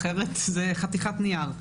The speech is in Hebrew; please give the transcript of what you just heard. אחרת זו חתיכת נייר.